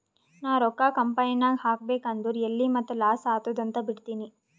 ನಾ ರೊಕ್ಕಾ ಕಂಪನಿನಾಗ್ ಹಾಕಬೇಕ್ ಅಂದುರ್ ಎಲ್ಲಿ ಮತ್ತ್ ಲಾಸ್ ಆತ್ತುದ್ ಅಂತ್ ಬಿಡ್ತೀನಿ